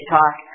talk